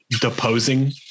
deposing